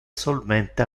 solmente